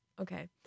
Okay